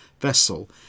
vessel